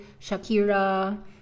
shakira